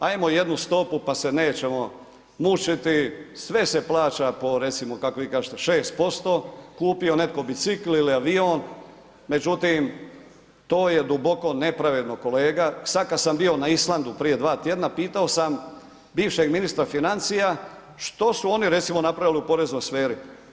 Hajmo jednu stopu pa se nećemo mučiti, sve se plaća po recimo, kako vi kažete 6%, kupio netko bicikl ili avion, međutim, to je duboko nepravedno kolega, sad kad sam bio na Islandu prije 2 tjedna, pitao sam bivšeg ministra financija, što su oni, recimo napravili u poreznoj sferi.